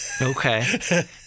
Okay